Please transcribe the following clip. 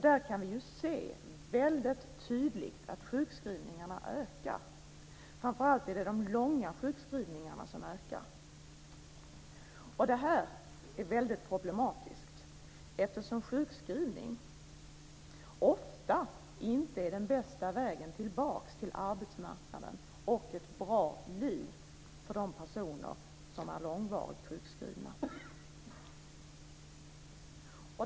Vi kan också se väldigt tydligt att sjukskrivningarna ökar, framför allt de långa sjukskrivningarna. Det här är väldigt problematiskt eftersom sjukskrivning ofta inte är den bästa vägen tillbaka till arbetsmarknaden och ett bra liv för de personer som är långvarigt sjukskrivna.